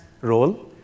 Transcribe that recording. role